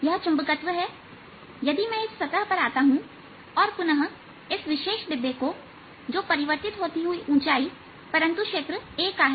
यह चुंबकत्व है यदि मैं इस सतह पर आता हूं और पुनः इस विशेष डिब्बे को जो परिवर्तित होती हुई ऊंचाई परंतु क्षेत्र a है